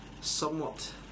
somewhat